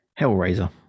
Hellraiser